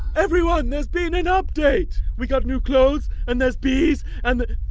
everyone, there's been an update! we got new clothes and there's bees an